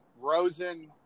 Rosen